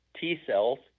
T-cells